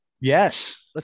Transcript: yes